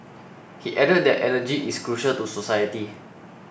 he added that energy is crucial to society